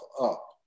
up